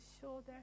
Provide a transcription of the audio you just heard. shoulder